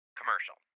commercial